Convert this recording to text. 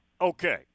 Okay